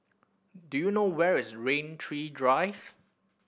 do you know where is Rain Tree Drive